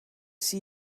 see